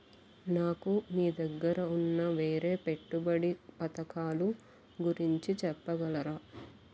నాకు మీ దగ్గర ఉన్న వేరే పెట్టుబడి పథకాలుగురించి చెప్పగలరా?